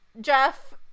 Jeff